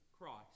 Christ